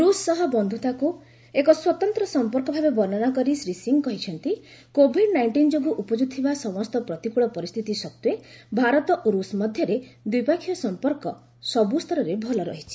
ରୁଷ ସହ ବନ୍ଧୁତାକୁ ଏକ ସ୍ୱତନ୍ତ୍ର ସମ୍ପର୍କ ଭାବେ ବର୍ଷ୍ଣନା କରି ଶ୍ରୀ ସିଂହ କହିଛନ୍ତି କୋଭିଡ୍ ନାଇଷ୍ଟିନ୍ ଯୋଗୁଁ ଉପୁଜିଥିବା ସମସ୍ତ ପ୍ରତିକ୍ୱଳ ପରିସ୍ଥିତି ସତ୍ତ୍ୱେ ଭାରତ ଓ ରୂଷ ମଧ୍ୟରେ ଦ୍ୱିପକ୍ଷିୟ ସମ୍ପର୍କ ସବ୍ ସ୍ତରରେ ଭଲ ରହିଛି